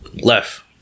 left